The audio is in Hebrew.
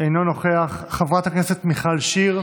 אינו נוכח, חברת הכנסת מיכל שיר,